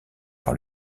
par